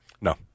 No